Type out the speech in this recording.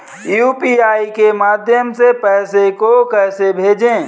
UPI के माध्यम से पैसे को कैसे भेजें?